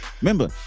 remember